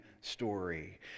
story